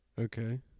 Okay